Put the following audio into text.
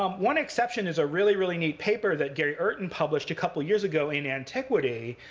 um one exception is a really, really neat paper that gary urton published a couple of years ago, in antiquity,